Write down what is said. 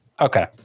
Okay